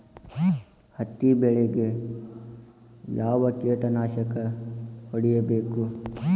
ಹತ್ತಿ ಬೆಳೇಗ್ ಯಾವ್ ಕೇಟನಾಶಕ ಹೋಡಿಬೇಕು?